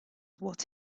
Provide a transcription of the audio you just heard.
what